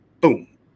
boom